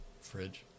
Fridge